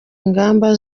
ngamba